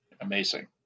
amazing